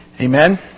Amen